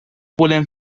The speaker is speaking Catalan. volem